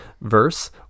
verse